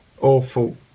awful